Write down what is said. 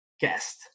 guest